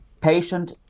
Patient